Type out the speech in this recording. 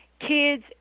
Kids